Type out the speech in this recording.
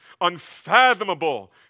unfathomable